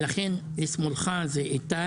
לשמאלך זה איתי